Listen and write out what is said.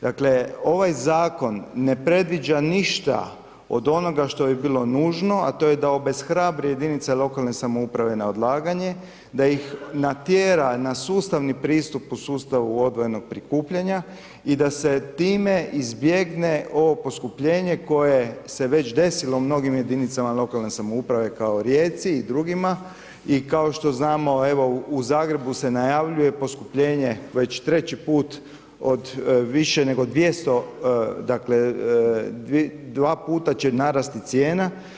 Dakle, ovaj zakon ne predviđa ništa od onoga što bi bilo nužno, a to je da obeshrabri jedinice lokalne samouprave na odlaganje da ih natjera na sustavni pristup u sustavu odvojenog prikupljanja i da se time izbjegne ovo poskupljenje koje se je već desilo u mnogim jedinicama lokalne samouprave, kao Rijeci i drugima i kao što znamo, evo, u Zagrebu se najavljuje poskupljenje već 3 put od više nego 200, dakle, 2 puta će narasti cijena.